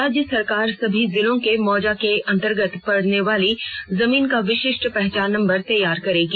राज्य सरकार सभी जिलों के मौजा के अंतर्गत पड़ने वाली जमीन का विशिष्ट पहचान नंबर तैयार करेगी